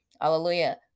hallelujah